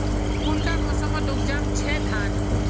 कुंडा मोसमोत उपजाम छै धान?